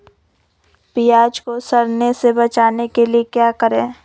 प्याज को सड़ने से बचाने के लिए क्या करें?